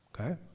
Okay